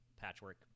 patchwork